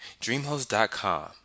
DreamHost.com